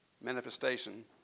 manifestation